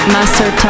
Master